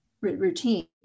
routine